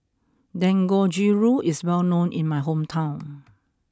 Dangojiru is well known in my hometown